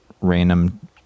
random